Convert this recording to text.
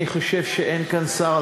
אני חושב שאין כאן שר,